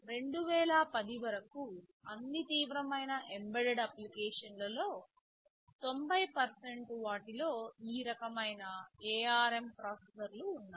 2010 వరకు అన్ని తీవ్రమైన ఎంబెడెడ్ అప్లికేషన్లలో 90 వాటిలో ఈ రకమైన ARM ప్రాసెసర్లు ఉన్నాయి